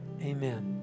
amen